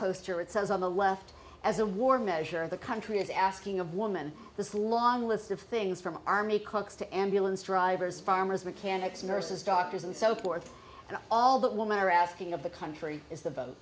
poster it says on the left as a war measure the country is asking of woman this long list of things from army cooks to ambulance drivers farmers mechanics nurses doctors and so forth and all that women are asking of the country is the